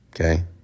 Okay